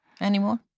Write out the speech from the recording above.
anymore